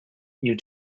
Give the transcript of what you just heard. you